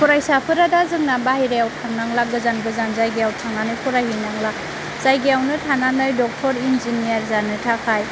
फरायसाफोरा दा जोंना बाहेरायाव थांनांला गोजान गोजान जायगायाव थांनानै फरायहैनांला जायगायावनो थानानै डक्टर इन्जिनियार जानो थाखाय